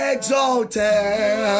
Exalted